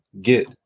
get